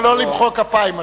) לא למחוא כפיים.